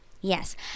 yes